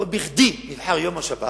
לא בכדי נבחר יום השבת